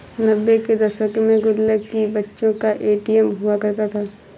नब्बे के दशक में गुल्लक ही बच्चों का ए.टी.एम हुआ करता था